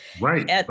Right